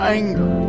anger